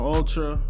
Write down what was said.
Ultra